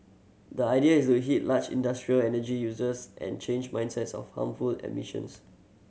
the idea is to hit large industrial energy users and change mindsets of harmful emissions